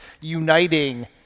uniting